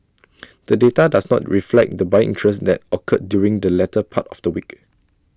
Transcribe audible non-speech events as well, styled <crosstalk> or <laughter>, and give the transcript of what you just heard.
<noise> the data does not reflect the buying interest that occurred during the latter part of the week